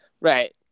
Right